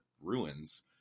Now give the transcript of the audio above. ruins